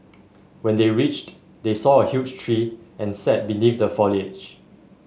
when they reached they saw a huge tree and sat beneath the foliage